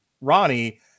Ronnie